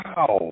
Wow